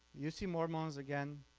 you see mormons again